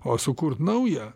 o sukurt naują